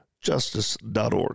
Justice.org